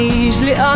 easily